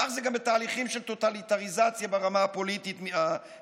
כך זה גם בתהליכים של טוטליטריזציה ברמה הפוליטית המשטרית.